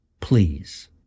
please